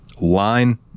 line